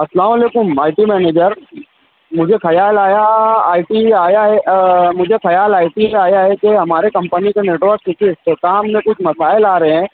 السلام علیکم I T manager مجھے خیال آیا آئی ٹی آیا ہے مجھے خیال آئی ٹی کا آیا ہے کہ ہمارے کمپنی کے نیٹ ورک کسی اختتام میں کچھ مسائل آ رہے ہیں